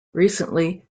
recently